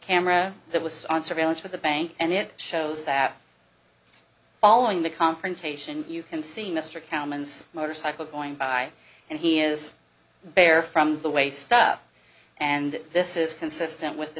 camera the list on surveillance from the bank and it shows that following the confrontation you can see mr cowan's motorcycle going by and he is bare from the waist up and this is consistent with the